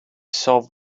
solve